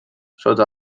sota